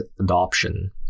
adoption